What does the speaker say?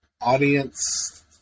audience